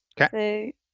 Okay